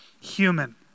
human